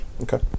okay